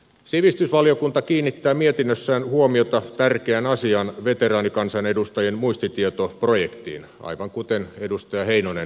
sivistysvaliokunta kiinnittää mietinnössään huomiota tärkeään asiaan veteraanikansanedustajien muistitietoprojektiin aivan kuten edustaja heinonen edellisessä puheenvuorossaan